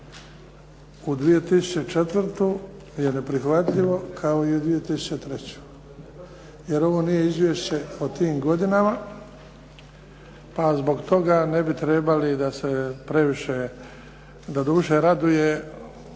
u 2004. je neprihvatljivo kao i u 2003. Jer ovo nije izvješće o tim godinama pa zbog toga ne bi trebali da se previše, doduše raduje ova